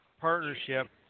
partnership